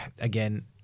again